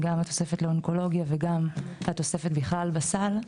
גם התוספת לאונקולוגיה וגם התוספת בכלל בסל.